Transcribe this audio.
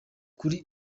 kuri